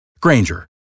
Granger